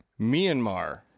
Myanmar